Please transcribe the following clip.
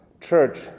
church